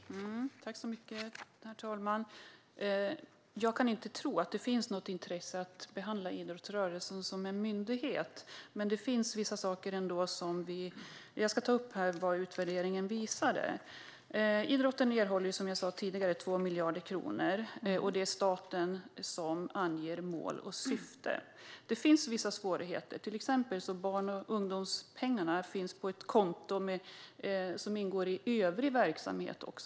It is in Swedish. Herr talman! Jag kan inte tro att det finns något intresse av att behandla idrottsrörelsen som en myndighet. Men det finns ändå vissa saker som vi undrar över. Jag ska ta upp här vad utvärderingen visade. Idrotten erhåller som jag sa tidigare 2 miljarder kronor. Det är staten som anger mål och syfte. Det finns vissa svårigheter - till exempel finns barn och ungdomspengarna på ett konto där också övrig verksamhet ingår.